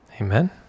amen